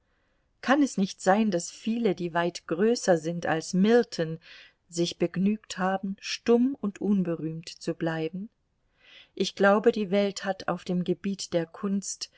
kann es nicht sein daß viele die weit größer sind als milton sich begnügt haben stumm und unberühmt zu bleiben ich glaube die welt hat auf dem gebiet der kunst